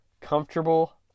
comfortable